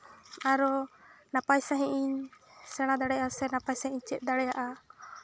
ᱟᱨᱚ ᱱᱟᱯᱟᱭ ᱥᱟᱺᱦᱤᱡ ᱤᱧ ᱥᱮᱬᱟ ᱫᱟᱲᱮᱭᱟᱜ ᱥᱮ ᱱᱟᱯᱟᱭ ᱥᱟᱺᱦᱤᱡ ᱤᱧ ᱪᱮᱫ ᱫᱟᱲᱮᱭᱟᱜᱼᱟ